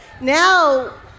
Now